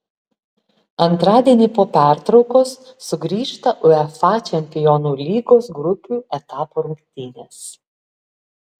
antradienį po pertraukos sugrįžta uefa čempionų lygos grupių etapo rungtynės